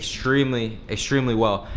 extremely, extremely well.